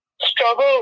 struggle